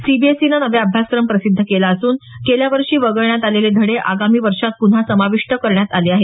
सीबीएसईनं नवा अभ्यासक्रम प्रसिद्ध केला असून गेल्या वर्षी वगळण्यात आलेले धडे आगामी वर्षात पुन्हा समाविष्ट करण्यात आले आहेत